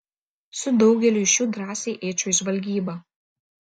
su daugeliu iš jų drąsiai eičiau į žvalgybą